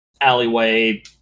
alleyway